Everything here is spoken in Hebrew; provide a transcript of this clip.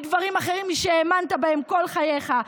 דברים אחרים מאלה שהאמנת בהם כל חייך.